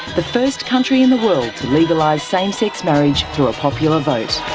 the first country in the world to legalise same-sex marriage through a popular vote.